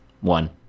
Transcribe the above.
One